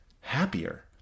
happier